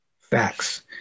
facts